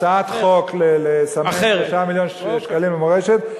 לסמן 3 מיליון שקלים ל"מורשת".